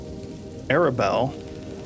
Arabelle